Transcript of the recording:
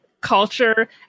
culture